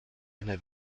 eine